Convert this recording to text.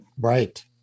Right